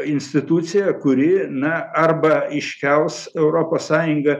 institucija kuri na arba iškels europos sąjunga